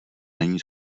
není